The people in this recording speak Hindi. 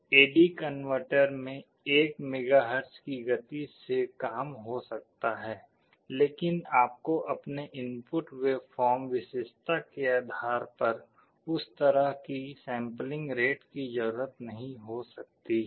ए डी कनवर्टर में 1 मेगाहर्ट्ज की गति से काम हो सकता है लेकिन आपको अपने इनपुट वेवफॉर्म विशेषता के आधार पर उस तरह की सैंपलिंग रेट की जरूरत नहीं हो सकती है